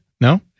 No